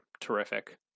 terrific